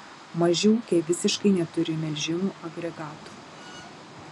maži ūkiai visiškai neturi melžimo agregatų